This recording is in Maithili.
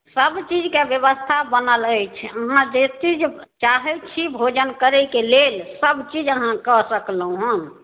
सब चीजके ब्यवस्था बनल अछि आहाँ बेसी जे चाहै छी भोजन करैके लेल सबचीज आहाँके सकलहुॅं हन